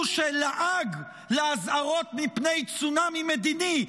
הוא שלעג לאזהרות מפני צונאמי מדיני,